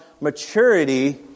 maturity